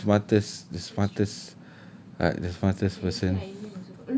maybe the smartest the smartest like the smartest person